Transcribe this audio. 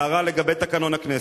והערה לגבי תקנון הכנסת,